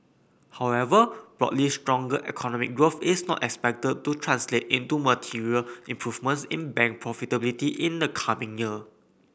however broadly stronger economic growth is not expected to translate into material improvements in bank profitability in the coming year